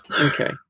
okay